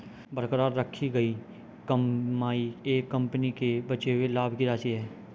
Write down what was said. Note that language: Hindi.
बरकरार रखी गई कमाई एक कंपनी के बचे हुए लाभ की राशि है